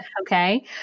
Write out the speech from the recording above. Okay